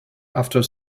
after